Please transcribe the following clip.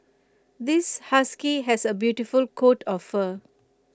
this husky has A beautiful coat of fur